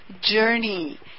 journey